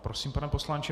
Prosím, pane poslanče.